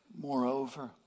Moreover